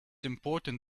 important